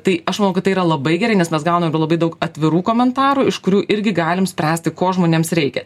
tai aš manau kad tai yra labai gerai nes mes gaunam labai daug atvirų komentarų iš kurių irgi galim spręsti ko žmonėms reikia